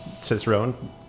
Cicerone